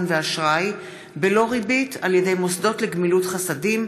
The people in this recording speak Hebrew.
ואשראי בלא ריבית על ידי מוסדות לגמילות חסדים,